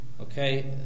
Okay